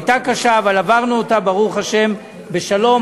הייתה קשה, אבל עברנו אותה, ברוך השם, בשלום.